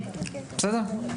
בסדר?